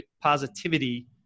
positivity